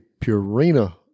Purina